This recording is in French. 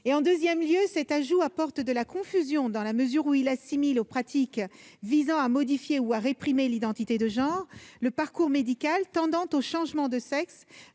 En deuxième lieu, cet ajout est vecteur de confusion, dans la mesure où il assimile aux pratiques visant à modifier ou à réprimer l'identité de genre le parcours médical tendant au changement de sexe,